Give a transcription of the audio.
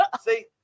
see